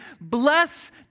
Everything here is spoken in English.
Bless